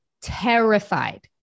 Terrified